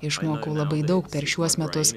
išmokau labai daug per šiuos metus